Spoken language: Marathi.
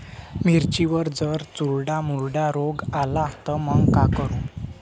मिर्चीवर जर चुर्डा मुर्डा रोग आला त मंग का करू?